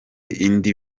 indi